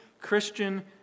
Christian